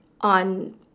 on